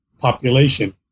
population